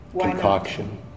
concoction